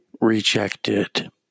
rejected